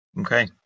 Okay